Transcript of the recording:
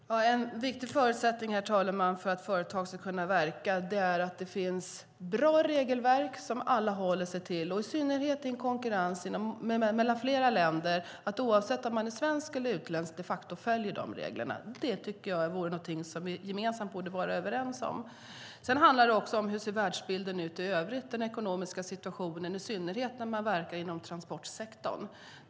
Herr talman! En viktig förutsättning för att företag ska kunna verka är att det finns bra regelverk som alla håller sig till oavsett om man är svensk eller utländsk. Det är något som vi gemensamt borde vara överens om. Det handlar också om hur världsbilden och den ekonomiska situationen ser ut i övrigt, i synnerhet inom transportsektorn.